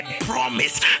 promise